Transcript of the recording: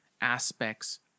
aspects